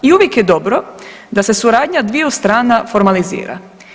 I uvijek je dobro da se suradnja dviju strana formalizira.